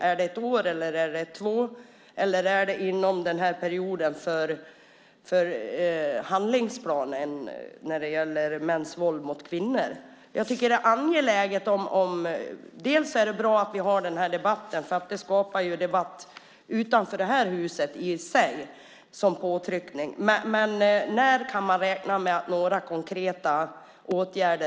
Är det inom ett år eller inom två år, eller är det inom perioden för handlingsplanen som gäller mäns våld mot kvinnor? Det är en angelägen fråga. Det är bra att vi har den här debatten, för den i sig skapar debatt utanför det här huset, något som i sin tur innebär en påtryckning. När kan vi räkna med konkreta åtgärder?